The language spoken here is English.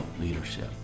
leadership